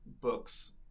books